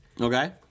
Okay